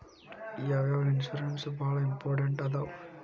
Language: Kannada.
ಯಾವ್ಯಾವ ಇನ್ಶೂರೆನ್ಸ್ ಬಾಳ ಇಂಪಾರ್ಟೆಂಟ್ ಅದಾವ?